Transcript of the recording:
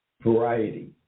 variety